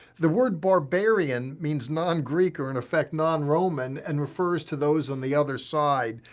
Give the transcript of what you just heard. the word barbarian means non-greek or, in effect, non-roman, and refers to those on the other side,